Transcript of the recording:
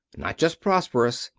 not just prosperous,